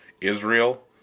Israel